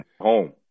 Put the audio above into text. home